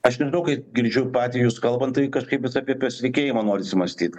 aš nežinau kaip girdžiu patį jus kalbant tai tai kažkaip vis apie pasitikėjimą norisi mąstyt